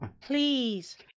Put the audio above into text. Please